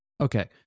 Okay